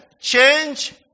change